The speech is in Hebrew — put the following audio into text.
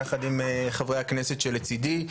יחד עם חברי הכנסת שלצידי,